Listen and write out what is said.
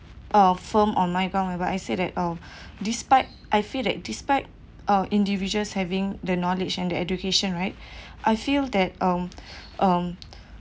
uh firm on my ground where I said that um despite I feel that despite uh individuals having the knowledge and the education right I feel that um um